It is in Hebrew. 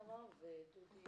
דודי